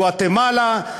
גואטמלה,